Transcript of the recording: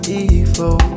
evil